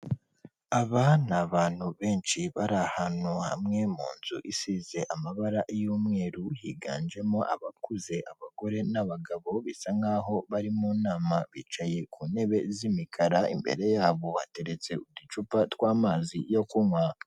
Aba ni abantu benshi bari ahantu hamwe mu nzu isize amabara y'umweru, higanjemo abakuze, abagore n'abagabo, bisa nkaho bari mu nama, bicaye ku ntebe z'imikara, imbere yabo hateretse uducupa tw'amazi yo kunywa.